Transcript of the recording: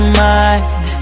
mind